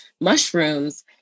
mushrooms